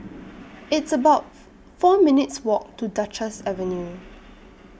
It's about four minutes' Walk to Duchess Avenue